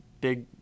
big